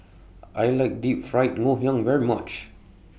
I like Deep Fried Ngoh Hiang very much